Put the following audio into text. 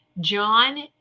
John